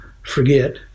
forget